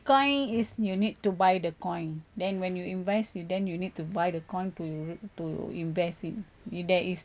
coin is you need to buy the coin then when you invest you then you need to buy the coin to to invest in if there is